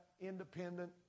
independent